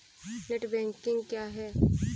Net banking क्या है?